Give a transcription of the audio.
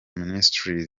ministries